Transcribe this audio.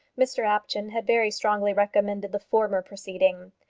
mr apjohn had very strongly recommended the former proceeding.